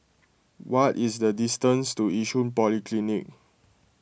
what is the distance to Yishun Polyclinic